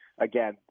again